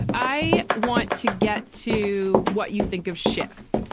i want to get to what you think of schiff.